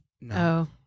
No